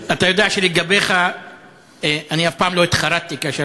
אתה יודע שלגביך אני אף לא התחרטתי כאשר